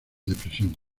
depresión